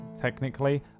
technically